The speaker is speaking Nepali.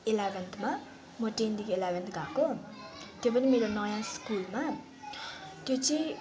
इलेवेन्थमा म टेनदखि इलेवेन्थ गएको त्यो पनि मेरो नयाँ स्कुलमा त्यो चाहिँ